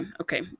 okay